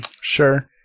sure